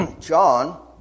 John